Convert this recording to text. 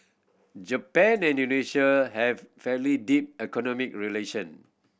Japan and Indonesia have fairly deep economic relation